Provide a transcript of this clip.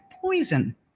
poison